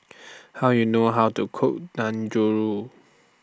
How YOU know How to Cook